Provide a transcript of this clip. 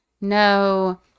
no